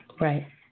Right